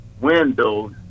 windows